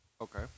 Okay